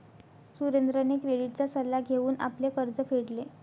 सुरेंद्रने क्रेडिटचा सल्ला घेऊन आपले कर्ज फेडले